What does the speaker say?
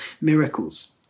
miracles